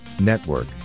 Network